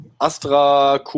Astra